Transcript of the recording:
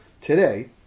today